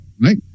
Right